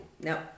No